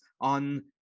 on